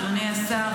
אדוני השר,